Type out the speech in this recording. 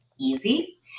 easy